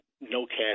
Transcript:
no-cash